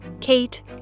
Kate